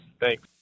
Thanks